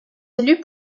élu